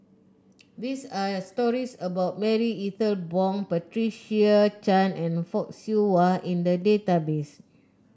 there are stories about Marie Ethel Bong Patricia Chan and Fock Siew Wah in the database